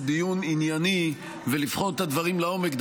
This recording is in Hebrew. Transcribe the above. דיון ענייני ולבחון את הדברים לעומק,